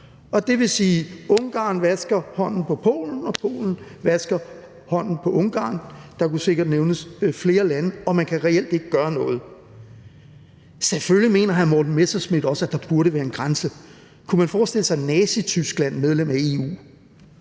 Det vil sige, at Ungarn vasker Polens hænder og Polen vasker Ungarns hænder – der kunne sikkert nævnes flere lande – og man kan reelt ikke gøre noget. Selvfølgelig mener hr. Morten Messerschmidt også, at der burde være en grænse. Kunne man forestille sig, at Nazityskland var medlem af EU?